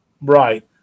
Right